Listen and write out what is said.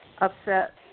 upset